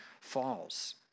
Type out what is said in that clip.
falls